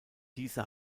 diese